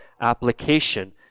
application